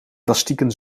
plastieken